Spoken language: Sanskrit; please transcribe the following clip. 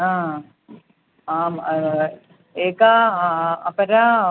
हा आम् एका अपरा